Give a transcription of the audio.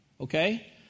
okay